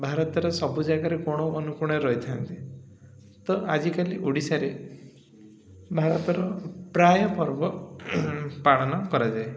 ଭାରତର ସବୁ ଜାଗାରେ କୋଣ ଅନୁକୋଣରେ ରହିଥାନ୍ତି ତ ଆଜିକାଲି ଓଡ଼ିଶାରେ ଭାରତର ପ୍ରାୟ ପର୍ବ ପାଳନ କରାଯାଏ